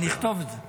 כשאכתוב את זה.